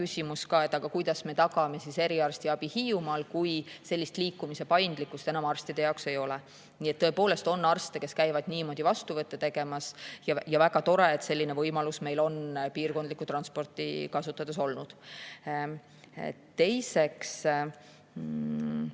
küsimus, et kuidas me tagame Hiiumaal eriarstiabi, kui sellist liikumise paindlikkust enam arstide jaoks ei ole. Tõepoolest on arste, kes käivad niimoodi vastuvõtte tegemas, ja on väga tore, et meil on selline võimalus piirkondlikku transporti kasutades olnud. Teiseks